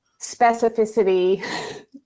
specificity